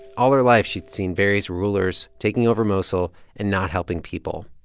all her life, she'd seen various rulers taking over mosul and not helping people.